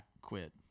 quit